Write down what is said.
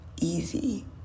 easy